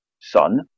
son